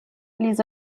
les